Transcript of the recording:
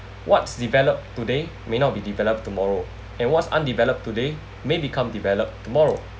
whats develop today may not be developed tomorrow and whats undeveloped today may become develop tomorrow